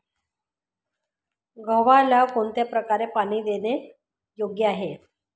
गव्हाला कोणत्या प्रकारे पाणी देणे योग्य आहे?